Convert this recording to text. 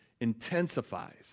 intensifies